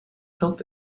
health